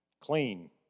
clean